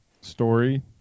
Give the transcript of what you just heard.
story